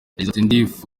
yagize